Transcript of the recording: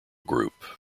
group